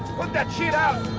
but that shit out.